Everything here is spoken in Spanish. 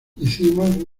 hicimos